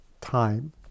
time